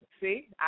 see